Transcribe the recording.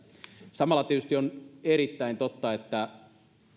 samalla tietysti on erittäin totta että